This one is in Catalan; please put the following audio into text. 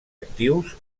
actius